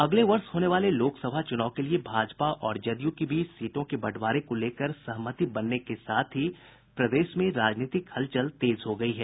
अगले वर्ष होने वाले लोकसभा चुनाव के लिए भाजपा और जदयू के बीच सीटों के बंटवारे को लेकर सहमति बनने के साथ ही प्रदेश में राजनीतिक हलचल तेज हो गयी हैं